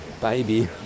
baby